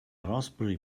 raspberry